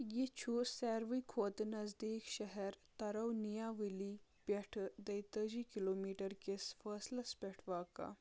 یہِ چھُ ساروٕے کھۄتہٕ نزدیٖک شہر ترونیاؤلی پٮ۪ٹھ دۄیتٲجی کِلوٗ میٹر کِس فٲصلس پٮ۪ٹھ واقعہ